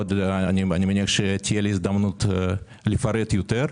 אני מניח שתהיה לי הזדמנות לפרט יותר.